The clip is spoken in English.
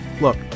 Look